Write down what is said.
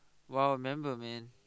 !wow! member man